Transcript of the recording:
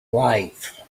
life